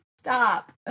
stop